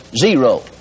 Zero